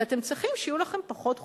שצריך שיהיו לכם פחות חופשות.